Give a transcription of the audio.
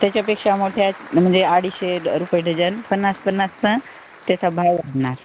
त्याच्यापेक्षा मोठ्या म्हणजे अडीचशे रुपये डजन पन्नास पन्नासचा त्याचा भाव वाढणार